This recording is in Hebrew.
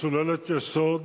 משוללת יסוד